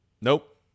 Nope